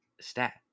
stat